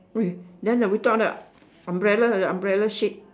wait then the the umbrella the umbrella shade